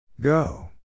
Go